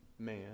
man